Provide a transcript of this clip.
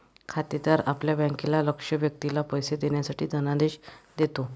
खातेदार आपल्या बँकेला लक्ष्य व्यक्तीला पैसे देण्यासाठी धनादेश देतो